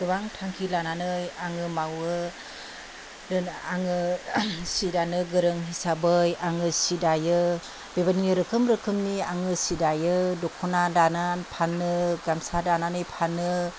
गोबां थांखि लानानै आङो मावो आङो सि दानो गोरों हिसाबै आङो सि दायो बेबादिनो रोखोम रोखोमनि आङो सि दायो दख'ना दानानै फानो गामसा दानानै फानो